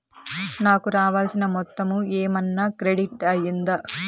నాకు రావాల్సిన మొత్తము ఏమన్నా క్రెడిట్ అయ్యిందా